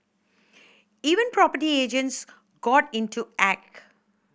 even property agents got into act